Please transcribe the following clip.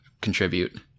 contribute